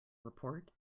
report